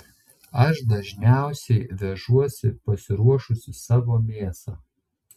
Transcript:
aš dažniausiai vežuosi pasiruošusi savo mėsą